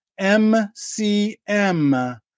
MCM